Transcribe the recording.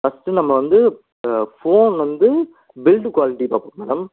first நம்ம வந்து phone வந்து பில்டு குவாலிட்டி பார்ப்போம் மேடம்